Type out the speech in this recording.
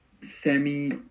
semi